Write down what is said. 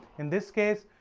in this case,